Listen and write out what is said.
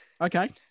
Okay